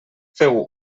feu